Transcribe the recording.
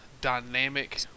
dynamic